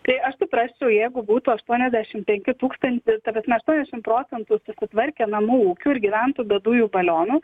tai aš suprasčiau jeigu būtų aštuoniasdešimt penki tūkstantis ta prasme aštuoniasdešimt procentų sutvarkę namų ūkių ir gyventų be dujų balionų